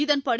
இதன்படி